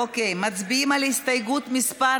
אוקיי, מצביעים על הסתייגות מס'